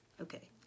Okay